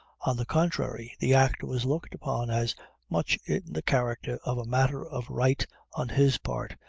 on the contrary, the act was looked upon as much in the character of a matter of right on his part,